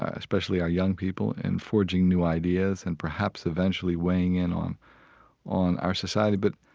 ah especially our young people, in forging new ideas and perhaps eventually weighing in on on our society. but